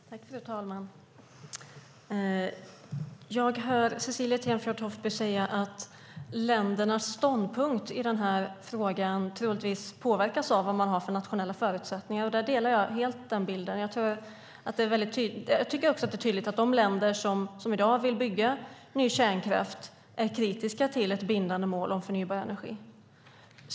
Fru talman! Jag hör Cecilie Tenfjord-Toftby säga att ländernas ståndpunkt i den här frågan troligtvis påverkas av vad de har för nationella förutsättningar. Jag delar helt den bilden. Det är tydligt att de länder som i dag vill bygga ny kärnkraft är kritiska till ett bindande mål om förnybar energi.